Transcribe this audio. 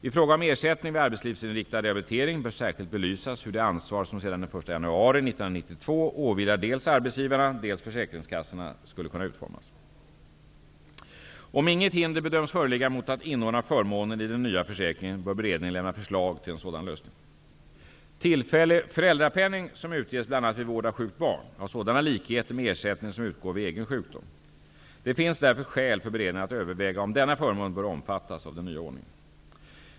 I fråga om ersättning vid arbetslivsinriktad rehabilitering bör särskilt belysas hur det ansvar som sedan den 1 januari 1992 åvilar dels arbetsgivarna, dels försäkringskassorna skulle kunna utformas. Om inget hinder bedöms föreligga mot att inordna förmånen i den nya försäkringen bör beredningen lämna förslag till en sådan lösning. Tillfällig föräldrapenning, som utges bl.a. vid vård av sjukt barn, har sådana likheter med ersättning som utgår vid egen sjukdom. Det finns därför skäl för beredningen att överväga om denna förmån bör omfattas av den nya ordningen.